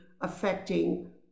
affecting